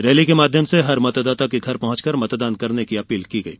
rally के माध्यम से हर मतदाता के घर पहुंचकर मतदान करने की अपील की गयी